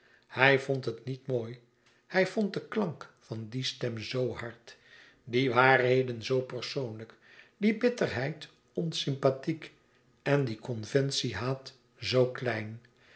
hij vond het niet mooi hij vond den klank van die stem zoo hard die waarheden zoo persoonlijk die bitterheid onsympathiek en die conventie haat zoo klein